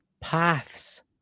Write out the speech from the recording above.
paths